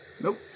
Nope